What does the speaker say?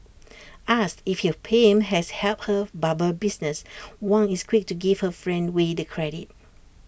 asked if her fame has helped her barber business Wang is quick to give her friend way the credit